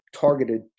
targeted